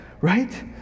right